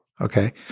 Okay